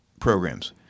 Programs